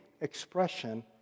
expression